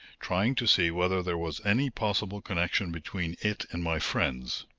trying to see whether there was any possible connection between it and my friends.